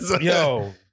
Yo